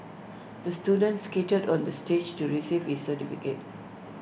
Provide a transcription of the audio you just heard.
the student skated on the stage to receive his certificate